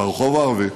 ברחוב הערבי,